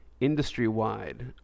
industry-wide